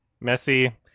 messy